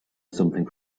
something